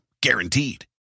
Guaranteed